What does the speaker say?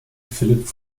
philipp